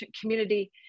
community